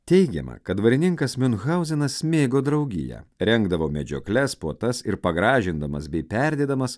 teigiama kad dvarininkas miunhauzenas mėgo draugiją rengdavo medžiokles puotas ir pagražindamas bei perdėdamas